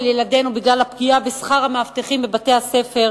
ילדינו בגלל הפגיעה בשכר המאבטחים בבתי-הספר.